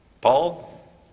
Paul